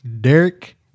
Derek